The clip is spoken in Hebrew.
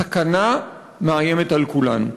הסכנה מאיימת על כולנו.